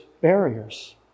barriers